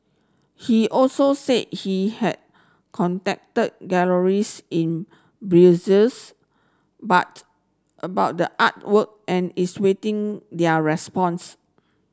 he also said he has contacted galleries in but about the artwork and is waiting their response